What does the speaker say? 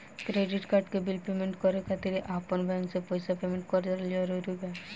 Credit card के bill payment करे खातिर आपन बैंक से पईसा पेमेंट करल जरूरी बा?